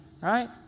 right